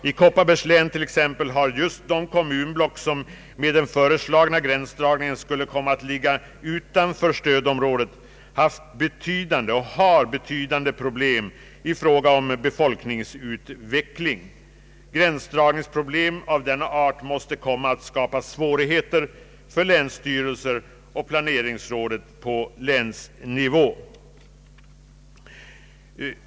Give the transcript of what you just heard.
I Kopparbergs län har just de kommunblock som med den föreslagna = gränsdragningen skulle komma att ligga utanför stödområdet haft och har betydande problem i fråga om befolkningsutvecklingen. Gränsdragningsproblem av denna art måste komma att skapa svårigheter för länsstyrelsen och planeringsrådet på länsnivå.